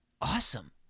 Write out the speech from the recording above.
awesome